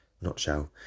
Nutshell